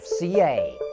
FCA